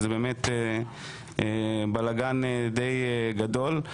שזה באמת בלגן די גדול.